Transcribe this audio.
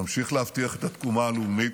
נמשיך להבטיח את התקומה הלאומית,